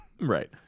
right